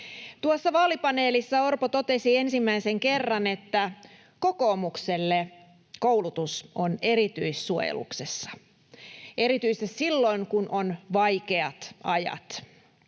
Tuossa vaalipaneelissa Orpo totesi ensimmäisen kerran, että kokoomukselle koulutus on erityissuojeluksessa erityisesti silloin, kun on vaikeat ajat.